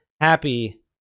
happy